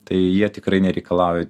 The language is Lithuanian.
tai jie tikrai nereikalauja